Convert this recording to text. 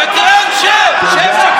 שקרן, שב.